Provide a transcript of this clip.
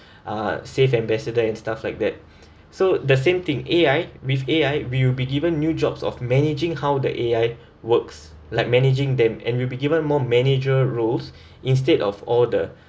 uh safe ambassador and stuff like that so the same thing A_I with A_I we'll be given new jobs of managing how the A_I works like managing them and you'll be given more manager roles instead of all the